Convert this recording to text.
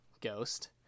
ghost